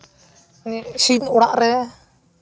ᱤᱧᱟᱹᱜ ᱥᱤᱧ ᱚᱲᱟᱜ ᱨᱮ